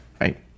right